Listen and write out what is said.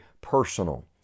personal